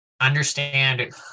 understand